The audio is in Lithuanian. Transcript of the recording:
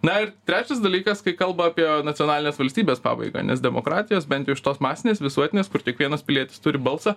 na ir trečias dalykas kai kalba apie nacionalinės valstybės pabaigą nes demokratijos bent jau iš tos masinės visuotinės kur kiekvienas pilietis turi balsą